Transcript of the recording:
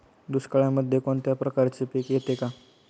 दुष्काळामध्ये कोणत्या प्रकारचे पीक येते का?